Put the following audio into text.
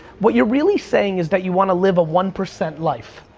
what you're really saying is that you wanna live a one percent life.